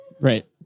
Right